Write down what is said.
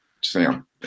Sam